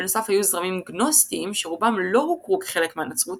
בנוסף היו זרמים גנוסטיים שרובם לא הוכרו כחלק מהנצרות